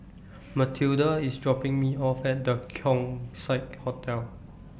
Mathilda IS dropping Me off At The Keong Saik Hotel